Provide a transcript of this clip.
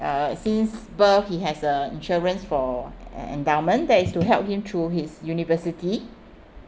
uh since birth he has a insurance for endowment that is to help him through his university